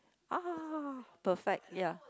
!ah! perfect ya